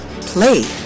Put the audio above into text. play